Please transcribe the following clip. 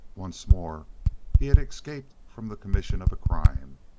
once more he had escaped from the commission of a crime.